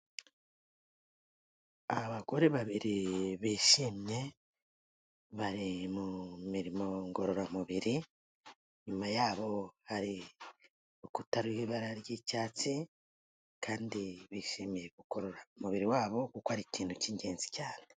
Abagore babiri bishimye, bari mu mirimo ngororamubiri, inyuma yabo hari urukuta ruriho ibara ry'icyatsi kandi bishimiye kugorora umubiri wabo kuko ari ikintu cy'ingenzi cyane.